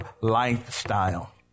lifestyle